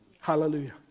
Hallelujah